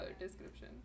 description